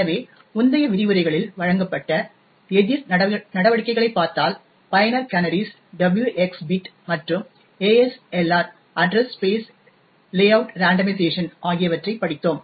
எனவே முந்தைய விரிவுரைகளில் வழங்கப்பட்ட எதிர் நடவடிக்கைகளைப் பார்த்தால் பயனர் கேனரிஸ் WX பிட் மற்றும் ASLR address space layout randomization ஆகியவற்றைப் படித்தோம்